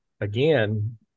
again